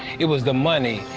it was the money.